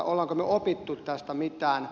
olemmeko me oppineet tästä mitään